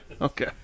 okay